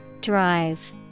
Drive